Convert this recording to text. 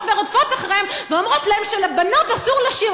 ורודפות אחריהם ואומרות להם שלבנות אסור לשיר.